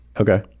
Okay